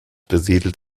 besiedelt